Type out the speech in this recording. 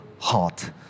heart